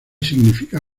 significa